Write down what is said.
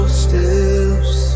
steps